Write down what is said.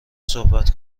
صحبت